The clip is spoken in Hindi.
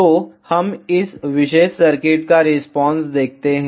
तो हम इस विशेष सर्किट का रिस्पांस देखते हैं